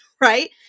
right